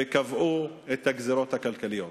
וקבעו את הגזירות הכלכליות.